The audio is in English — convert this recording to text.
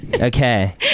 Okay